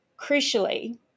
crucially